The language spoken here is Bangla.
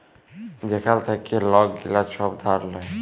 যেখাল থ্যাইকে লক গিলা ছব ধার লেয়